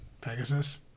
Pegasus